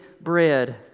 bread